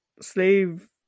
slave